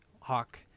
Hawk –